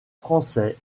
français